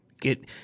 Get